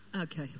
Okay